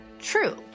true